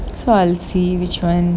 so I'll see which [one]